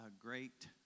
great